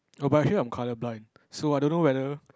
err but here I'm colour blind so I don't know whether